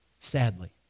sadly